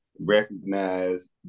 recognize